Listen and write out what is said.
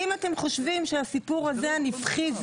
אם אתם חושבים שהסיפור הזה נפחי,